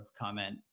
comment